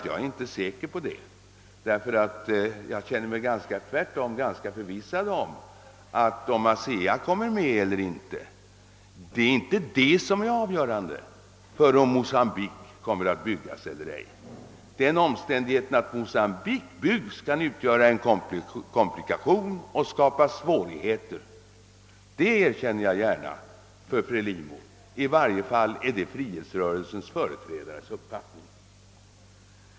Jag är inte säker på det, ty jag känner mig tvärtom ganska förvissad om att vad som är avgörande för om dammen kommer att byggas eller ej är inte om ASEA kommer med eller inte. Den omständigheten att Cabora Bassa byggs kan utgöra en komplikation och skapa svårigheter för Frelimo, det erkänner jag gärna. I varje fall är det frihetsrörelsens företrädares uppfattning.